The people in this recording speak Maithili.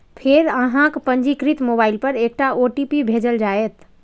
फेर अहांक पंजीकृत मोबाइल पर एकटा ओ.टी.पी भेजल जाएत